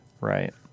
Right